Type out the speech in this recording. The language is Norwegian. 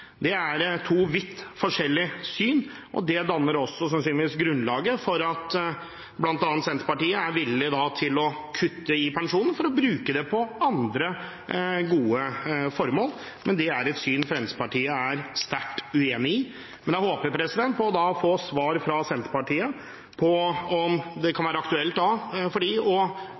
er to vidt forskjellige syn, og det danner sannsynligvis også grunnlaget for at bl.a. Senterpartiet er villig til å kutte i pensjonen for å bruke den på andre gode formål. Det er et syn som Fremskrittspartiet er sterkt uenig i. Men jeg håper å få svar fra Senterpartiet på om det kan være aktuelt for dem å innføre en avkortning av sykepenger og